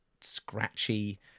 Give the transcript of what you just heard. scratchy